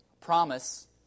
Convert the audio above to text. Promise